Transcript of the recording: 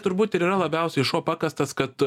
turbūt ir yra labiausiai šuo pakastas kad